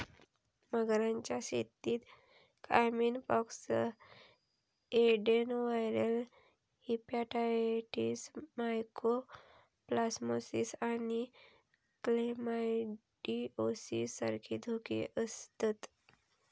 मगरांच्या शेतीत caiman pox, adenoviral hepatitis, mycoplasmosis आणि क्लेमायडिओसिस सारखे धोके आसतत